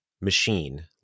machine